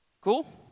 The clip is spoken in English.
Cool